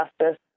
Justice